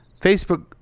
Facebook